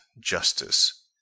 justice